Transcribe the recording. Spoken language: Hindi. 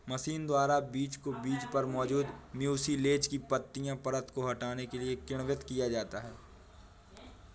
मशीन द्वारा बीज को बीज पर मौजूद म्यूसिलेज की पतली परत को हटाने के लिए किण्वित किया जाता है